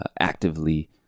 actively